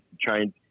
trying